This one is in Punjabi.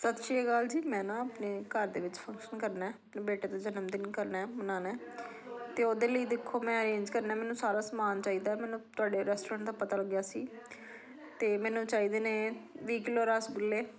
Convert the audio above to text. ਸਤਿ ਸ਼੍ਰੀ ਅਕਾਲ ਜੀ ਮੈਂ ਨਾ ਆਪਣੇ ਘਰ ਦੇ ਵਿੱਚ ਫੰਕਸ਼ਨ ਕਰਨਾ ਆਪਣੇ ਬੇਟੇ ਦਾ ਜਨਮ ਦਿਨ ਕਰਨਾ ਮਨਾਉਣਾ ਅਤੇ ਉਹਦੇ ਲਈ ਦੇਖੋ ਮੈਂ ਅਰੇਂਜ ਕਰਨਾ ਮੈਨੂੰ ਸਾਰਾ ਸਮਾਨ ਚਾਹੀਦਾ ਮੈਨੂੰ ਤੁਹਾਡੇ ਰੈਸਟੋਰੈਂਟ ਦਾ ਪਤਾ ਲੱਗਿਆ ਸੀ ਅਤੇ ਮੈਨੂੰ ਚਾਹੀਦੇ ਨੇ ਵੀਹ ਕਿਲੋ ਰਸਗੁੱਲੇ